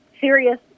serious